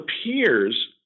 appears